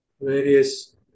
various